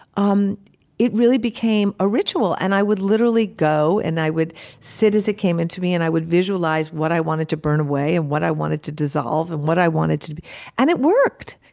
um it really became a ritual and i would literally go and i would sit as it came into me and i would visualize what i wanted to burn away and what i wanted to dissolve and what i wanted to and it worked.